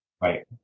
Right